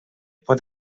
pot